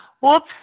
whoops